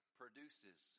produces